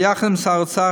ביחד עם שר האוצר,